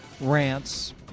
rants